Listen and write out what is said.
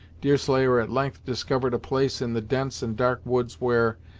deerslayer at length discovered a place in the dense and dark woods where,